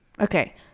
Okay